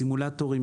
סימולטורים,